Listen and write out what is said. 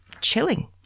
Chilling